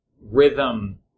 rhythm